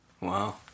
Wow